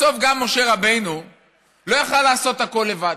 בסוף גם משה רבנו לא יכול היה לעשות הכול לבד.